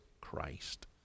Christ